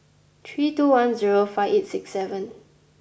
three two one zero five eight six seven